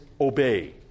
obey